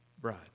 bride